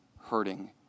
hurting